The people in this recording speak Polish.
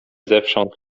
zewsząd